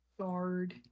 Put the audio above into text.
guard